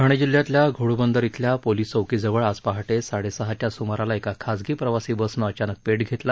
ठाणे जिल्ह्यातल्या घोडबंदर इथल्या पोलीस चौकी जवळ आज पहाटे साडेसहाच्या सुमारास एका खाजगी प्रवासी बसनं अचानक पेट घेताला